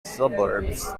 suburbs